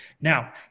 Now